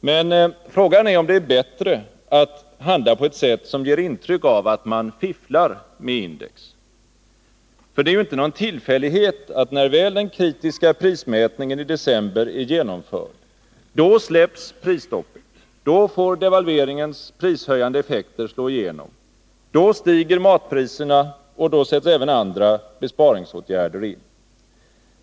Men frågan är om det är bättre att handla på ett sätt som ger intryck av att man ”fifflar” med index. För det är ju inte någon tillfällighet att när väl den kritiska prismätningen i december är genomförd, då släpps prisstoppet, då får devalveringens prishöjande effekter slå igenom, då stiger matpriserna och då sätts även andra besparingsåtgärder in.